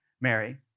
Mary